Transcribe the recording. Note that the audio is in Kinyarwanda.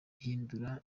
ihindurwa